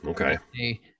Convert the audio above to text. Okay